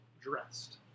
dressed